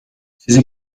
چیزی